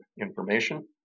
information